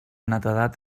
netedat